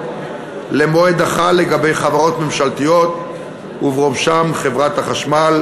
למועד החל לגבי חברות ממשלתיות ובראשן חברת החשמל,